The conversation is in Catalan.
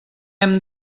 hem